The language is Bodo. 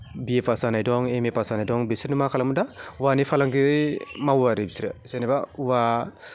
बि ए पास जानाय दं एम ए पास जानाय दं बिसोरनो मा खालामो दा औवानि फालांगि मावो आरो बिसोरो जेनेबा औवा